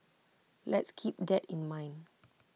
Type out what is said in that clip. let's keep that in mind